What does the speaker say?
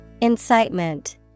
Incitement